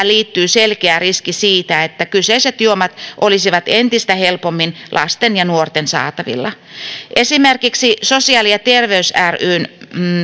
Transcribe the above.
liittyy selkeä riski siitä että kyseiset juomat olisivat entistä helpommin lasten ja nuorten saatavilla esimerkiksi sosiaali ja terveys ryn